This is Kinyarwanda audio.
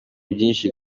byinshi